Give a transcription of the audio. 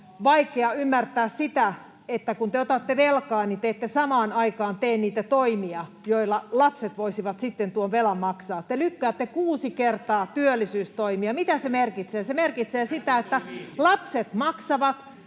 vaikea ymmärtää sitä, että kun te otatte velkaa, niin te ette samaan aikaan tee niitä toimia, joilla lapset voisivat sitten tuon velan maksaa. Te lykkäätte kuusi kertaa työllisyystoimia. Mitä se merkitsee? Se merkitsee sitä, että lapset maksavat,